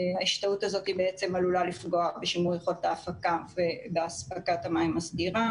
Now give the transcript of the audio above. ההשתהות הזאת עלולה לפגוע בשימור יכולת ההפקה ובאספקת המים הסדירה.